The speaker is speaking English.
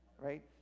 right